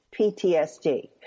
PTSD